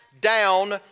down